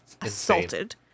assaulted